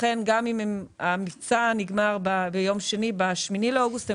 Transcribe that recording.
גם אם המבצע הסתיים ב-8 באוגוסט,